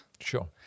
sure